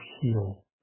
heal